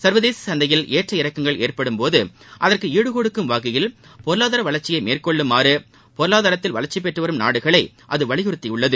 ச்வதேச சந்தையில் ஏற்ற இறக்கங்கள் ஏற்படும் போது அதற்கு ஈடுகொடுக்கும் வகையில் பொருளாதார வளர்ச்சியை மேற்கொள்ளுமாறு பொருளாதாரத்தில் வளர்ச்சி பெற்று வரும் நாடுகளை அது வலியுறுத்தியுள்ளது